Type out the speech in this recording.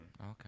Okay